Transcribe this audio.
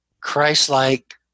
Christ-like